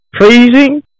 Freezing